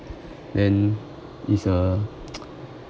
then is a